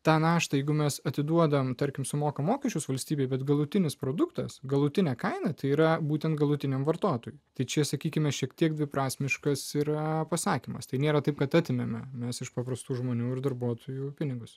tą naštą jeigu mes atiduodame tarkim sumokame mokesčius valstybei bet galutinis produktas galutinę kainą tai yra būtent galutiniam vartotojui tai čia sakykime šiek tiek dviprasmiškas yra pasakymas tai nėra taip kad atėmėme mes iš paprastų žmonių ir darbuotojų pinigus